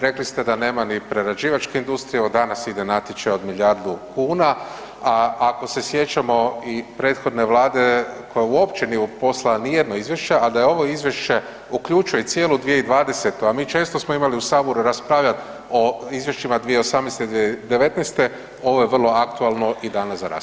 Rekli ste da nema ni prerađivačke industrije od danas ide natječaj od milijardu kuna, a ako se sjećamo i prethodne vlade koja uopće nije poslala nijedno izvješće, a da ovo izvješće uključuje i cijelu 2020., a mi često smo imali u Saboru raspravljati o izvješćima 2018., 2019., ovo je vrlo aktualno i danas za raspravu.